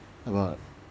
about